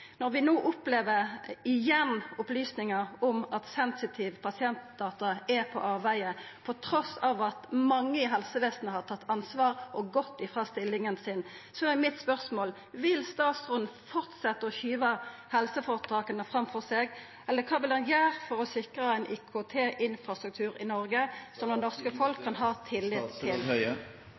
Når vi no – igjen – opplever at opplysningar om sensitive pasientdata er på avvegar, trass i at mange i helsevesenet har tatt ansvar og gått frå stillinga si, er mitt spørsmål: Vil statsråden fortsetja med å skyva helseføretaka framfor seg? Eller kva vil han gjera for å sikra ein IKT- og infrastruktur i Noreg som det norske folket har tillit til?